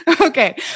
Okay